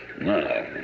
No